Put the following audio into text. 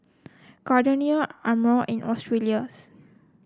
Gardenia Amore and Australis